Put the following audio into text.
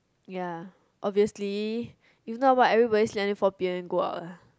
ya obviously if not what everybody sleep until four p_m then go out ah